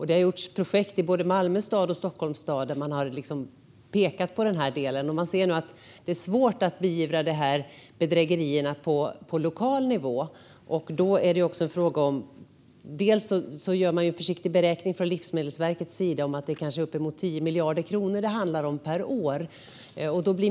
Det har gjorts projekt i både Malmö stad och Stockholms stad där man har pekat på detta. Man ser att det är svårt att beivra dessa bedrägerier på lokal nivå. Livsmedelsverket har gjort en försiktig beräkning som visar att det kan handla om uppemot 10 miljarder kronor per år.